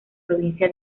provincia